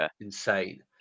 insane